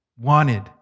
wanted